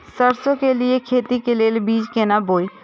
सरसों के लिए खेती के लेल बीज केना बोई?